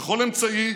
בכל אמצעי,